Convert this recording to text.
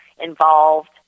involved